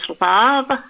love